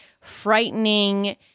frightening